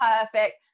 perfect